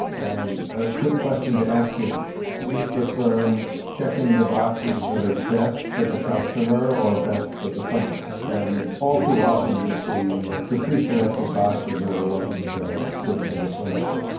and a good question to ask is is the firm checking the boxes that are best for the customer or best for the firm? and all too often we see that the preselected boxes are the ones that are good for the firm.